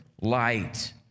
light